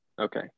Okay